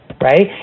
right